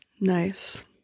Nice